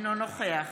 אינו נוכח